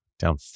down